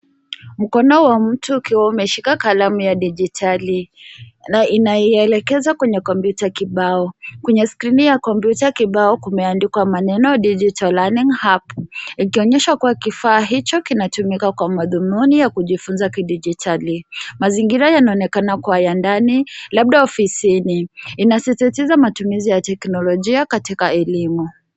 Mkono wa mtu ukiwa umeshika kalamu ya dijitali na inaelekeza kwenye kompyuta kibao. Kuna skrini ya kompyuta kibao, kumeandikwa maneno digital learning app ikionyesha kuwa kifaa hicho kinatumika kwa madhumuni ya kujifunza kidijitali. Mazingira yanaonekana kuwa ya ndani, labda ofisi ni. Inasisitiza matumizi ya teknolojia katika elimu.